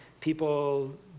people